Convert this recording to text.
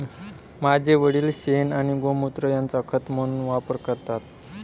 माझे वडील शेण आणि गोमुत्र यांचा खत म्हणून वापर करतात